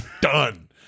Done